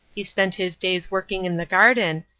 he spent his days working in the garden,